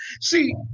See